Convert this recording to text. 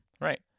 Right